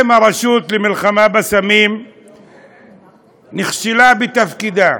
אם הרשות למלחמה בסמים נכשלה בתפקידה,